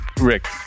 Rick